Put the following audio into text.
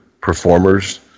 performers